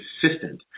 consistent